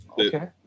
okay